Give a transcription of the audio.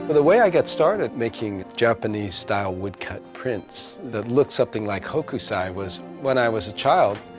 but the way i got started making japanese-style woodcut prints that look something like hokusai was when i was a child,